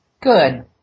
Good